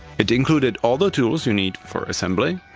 it included all the tools you need for assembly,